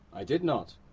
i did not.